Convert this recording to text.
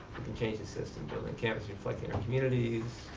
can change the system building campus reflecting the communities.